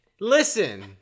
listen